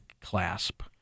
clasp